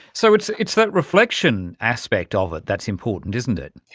so it's it's that reflection aspect of it that's important, isn't it.